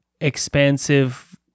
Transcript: expansive